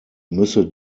müsse